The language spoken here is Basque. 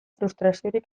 frustraziorik